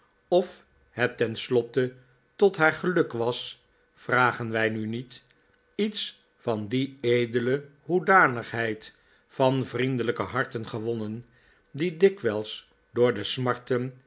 of het tenslotte tot haar geluk was vragen wij nu niet iets van die edele hoedanigheid van vriendelijke harten gewonnen die dikwijls door de smarten